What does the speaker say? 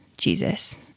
Jesus